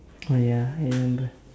oh ya I remember